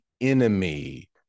enemy